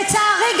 לצערי,